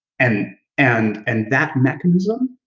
and and and that mechanism,